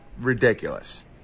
ridiculous